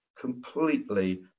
completely